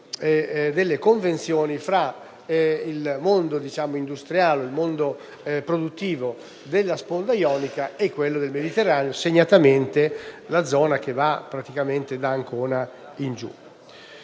delle convenzioni tra il mondo produttivo della sponda ionica e quello del Mediterraneo, segnatamente la zona che va da Ancona in giù.